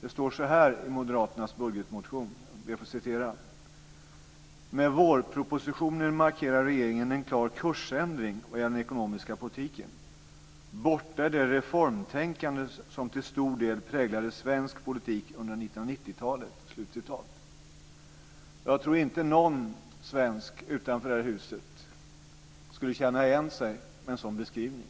Jag läste i Moderaternas budgetmotion, och så här står det: "Med vårpropositionen markerar regeringen en klar kursändring vad gäller den ekonomiska politiken. Borta är det reformtänkande som till stor del präglade svensk politik under 1990-talet." Jag tror inte att någon svensk utanför det här huset skulle känna igen sig i en sådan beskrivning.